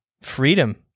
freedom